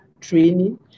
training